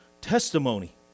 testimony